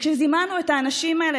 וכשזימנו את האנשים האלה,